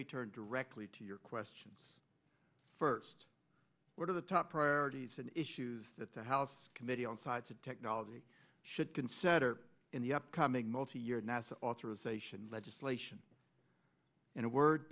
me turn directly to your questions first what are the top priorities and issues that the house committee on science and technology should consider in the upcoming multi year nasa authorization legislation in a word